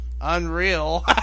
Unreal